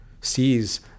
sees